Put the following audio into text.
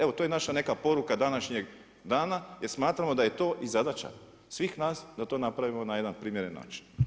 Evo to je naša neka poruka današnjeg dana jer smatramo da je to i zadaća svih nas da to napravimo na jedan primjeren način.